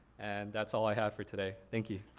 and that's all i have for today, thank you.